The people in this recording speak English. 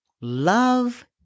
love